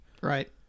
Right